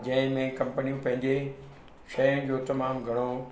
जंहिंमें कंम्पनियूं पंहिंजे शइ जो तमामु घणो